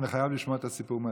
אבל אני חייב לשמוע את הסיפור.